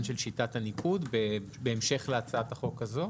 של שיטת הניקוד בהמשך להצעת החוק הזאת